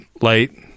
light